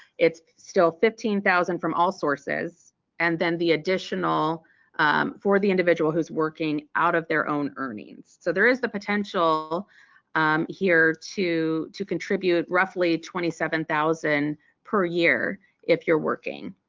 it's still fifteen thousand from all sources and then the additional for the individual who's working out of their own earnings. so there is the potential here to to contribute roughly twenty seven thousand per year if you're working.